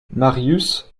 marius